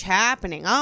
happening